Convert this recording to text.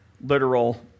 literal